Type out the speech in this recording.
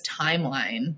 timeline